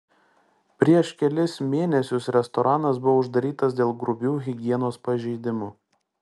prieš kelis mėnesius restoranas buvo uždarytas dėl grubių higienos pažeidimų